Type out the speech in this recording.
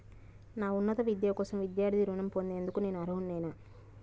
నా ఉన్నత విద్య కోసం విద్యార్థి రుణం పొందేందుకు నేను అర్హుడినేనా?